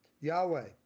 Yahweh